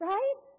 Right